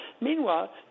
Meanwhile